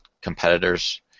competitors